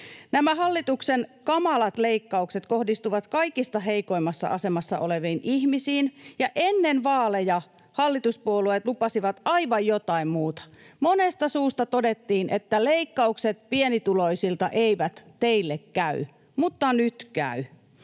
Nämä hallituksen kamalat leikkaukset kohdistuvat kaikista heikoimmassa asemassa oleviin ihmisiin, ja ennen vaaleja hallituspuolueet lupasivat jotain aivan muuta. Monesta suusta todettiin, että leikkaukset pienituloisilta eivät teille käy, mutta nyt käyvät.